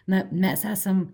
na mes esam